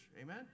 amen